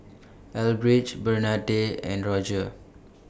Elbridge Bernadette and Roger